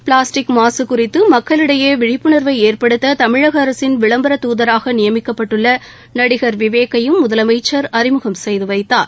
plastic மாசு குறித்து மக்களிடையே விழிப்புணா்வை ஏற்படுத்த தமிழக அரசின் விளம்பரத் தூதராக நியமிக்கப்பட்டுள்ள நடிகர் விவேக்கையும் முதலமைச்சர் அறிமுகம் செய்து வைத்தார்